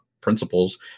principles